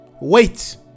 Wait